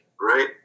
Right